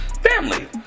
family